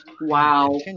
Wow